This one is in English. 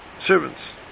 servants